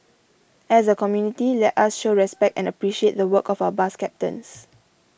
as a community let us show respect and appreciate the work of our bus captains